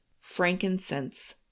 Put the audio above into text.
frankincense